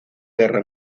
guerra